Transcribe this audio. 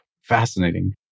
Fascinating